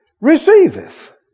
receiveth